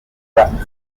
brands